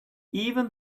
even